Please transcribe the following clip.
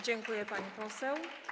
Dziękuję, pani poseł.